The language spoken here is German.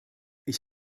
ich